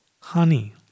honey